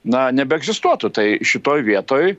na nebeegzistuotų tai šitoj vietoj